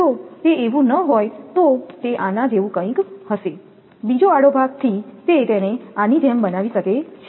જો તે એવું ન હોય તો તે આના જેવું કંઈક હશે બીજા આડો ભાગ થી તે તેને આની જેમ બનાવી શકે છે